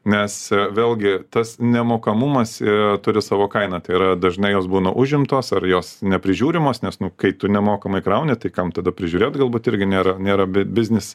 nes vėlgi tas nemokamumas e turi savo kainą tai yra dažnai jos būna užimtos ar jos neprižiūrimos nes nu kai tu nemokamai krauni tai kam tada prižiūrėt galbūt irgi nėra nėra bet biznis